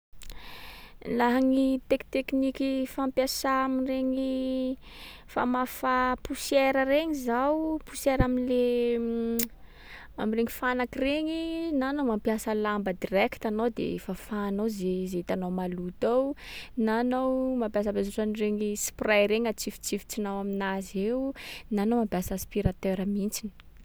Laha gny tek- tekniky fampiasà am’regny famafà poussière regny zao, poussière am’le- am’regny fanaky regny, na anao mampiasa lamba direct anao de fafanao zay- zay hitanao maloto ao. Na anao mampiasampiasa ohatran’regny spray regny atsifotsifotsinao aminazy eo. Na anao mampiasa aspirateur mihitsiny.